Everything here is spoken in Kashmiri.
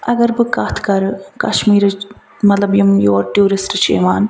اگر بہٕ کتھ کرٕ کشمیٖرٕچۍ مطلب یِم یور ٹیٛوٗرسٹہٕ چھِ یِوان